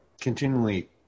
continually